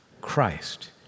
Christ